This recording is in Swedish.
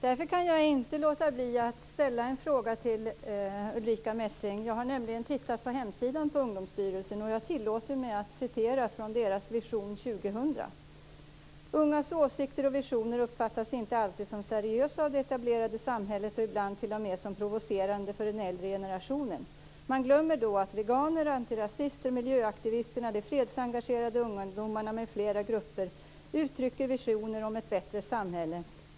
Därför kan jag inte låta bli att ställa en fråga till Ulrica Messing. Jag har nämligen tittat på Ungdomsstyrelsens hemsida. Jag tillåter mig att citera från deras Vision 2000. Där står: "Ungas åsikter och visioner uppfattas inte alltid som seriösa av det etablerade samhället och ibland t o m som provocerande för den äldre generationen. Man glömmer då att veganerna, antirasisterna, miljöaktivisterna, de fredsengagerade ungdomarna, m fl grupper uttrycker visioner om ett bättre samhälle.